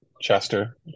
chester